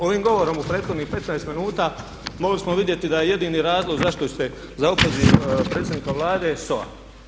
Ovim govorom u prethodnih 15 minuta mogli smo vidjeti da je jedini razlog zašto ste za opoziv predsjednika Vlade SOA.